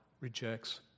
rejects